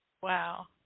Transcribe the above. Wow